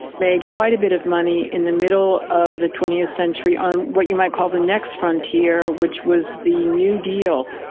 made quite a bit of money in the middle of the twentieth century on what you might call the next frontier which was the new deal,